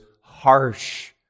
harsh